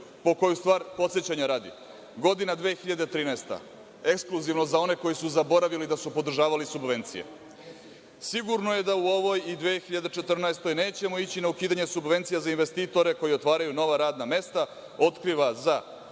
po koju stvar podsećanja radi. Godina 2013, ekskluzivno za one koji su zaboravili da su podržavali subvencije, „sigurno je da u ovoj i u 2014. godini nećemo ići na ukidanje subvencija za investitore koji otvaraju nova radna mesta“, otkriva za